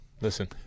Listen